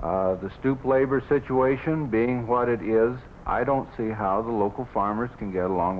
the stoop labor situation being what it is i don't see how the local farmers can get along